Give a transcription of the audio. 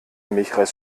milchreis